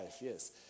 yes